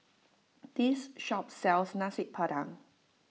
this shop sells Nasi Padang